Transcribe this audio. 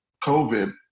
COVID